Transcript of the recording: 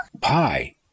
Pie